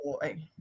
boy